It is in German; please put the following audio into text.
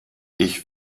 ich